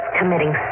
committing